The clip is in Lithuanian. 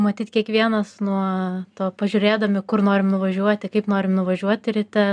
matyt kiekvienas nuo to pažiūrėdami kur norim nuvažiuoti kaip norim nuvažiuoti ryte